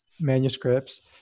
manuscripts